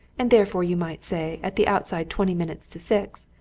and therefore you might say at the outside twenty minutes to six,